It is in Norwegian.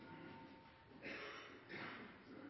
er til